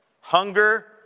Hunger